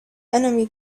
enemy